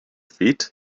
feet